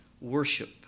worship